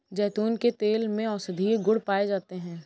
जैतून के तेल में औषधीय गुण पाए जाते हैं